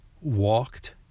walked